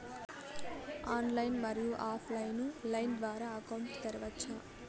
Online, మరియు offline line ద్వారా account తెరవచ్చా?